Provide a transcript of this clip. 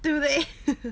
对不对